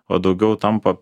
o daugiau tampa